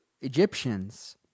Egyptians